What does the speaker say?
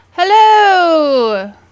Hello